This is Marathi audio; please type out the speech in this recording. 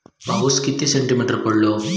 पाऊस किती सेंटीमीटर पडलो?